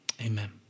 Amen